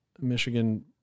Michigan